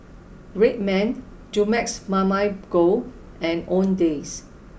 Red Man Dumex Mamil Gold and Owndays